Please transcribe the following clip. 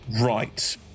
Right